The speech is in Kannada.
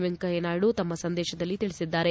ವೆಂಕಯ್ಯ ನಾಯ್ಡು ತಮ್ಮ ಸಂದೇಶದಲ್ಲಿ ತಿಳಿಸಿದ್ದಾರೆ